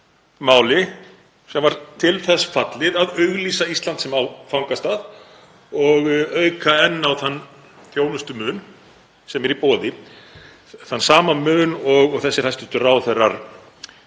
máli sem var til þess fallið að auglýsa Ísland sem áfangastað og auka enn á þann þjónustumun sem er í boði, þann sama mun og þessir hæstv. ráðherrar